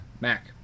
Mac